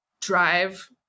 drive